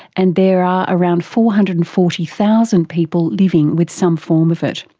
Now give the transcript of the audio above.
and there are around four hundred and forty thousand people living with some form of it.